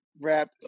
Wrap